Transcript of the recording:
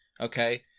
okay